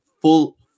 full